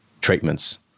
treatments